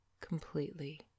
completely